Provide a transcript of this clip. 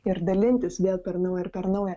ir dalintis vėl per naują ir per naują